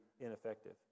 ineffective